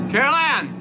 Carolyn